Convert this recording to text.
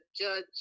judge